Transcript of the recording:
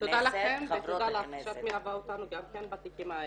אז תודה לכן ותודה לך שאת מלווה אותנו גם כן בתיקים האלה.